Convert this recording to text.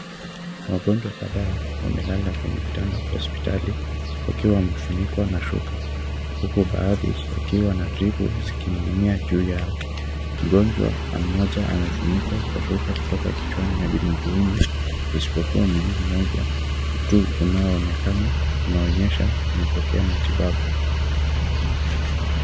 Wagonjwa kadhaa wamelala kwenye vitanda vya hospitali wakiwa wamefunikwa na shuka huku baadhi wakiwa na drips zikininginia juu yao, mgonjwa mmoja amefunikwa kwa shuka kutoka kichwani hadi miguuni isipokuwa mguu mmoja tu unaonekana unaonyesha amepokea matibabu.